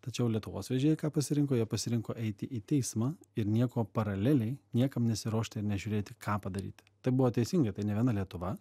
tačiau lietuvos vežėjai ką pasirinko jie pasirinko eiti į teismą ir nieko paraleliai niekam nesiruošti ir nežiūrėti ką padaryti tai buvo teisinga tai ne viena lietuva